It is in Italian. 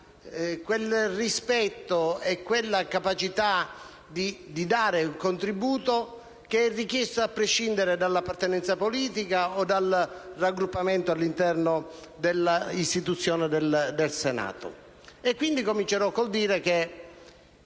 quel rispetto e quella capacità di dare un contributo richiesti a prescindere dall'appartenenza politica o dal raggruppamento all'interno dell'istituzione del Senato. Comincerò quindi con il dire che